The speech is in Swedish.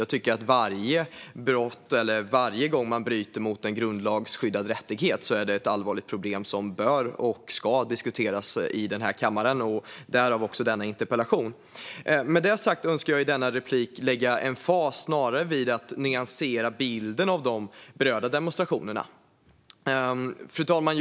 Jag tycker att varje gång man bryter mot en grundlagsskyddad rättighet är det ett allvarligt problem som bör och ska diskuteras i denna kammare. Därav denna interpellation. Med det sagt önskar jag i detta inlägg lägga emfas på att nyansera bilden av de berörda demonstrationerna. Fru talman!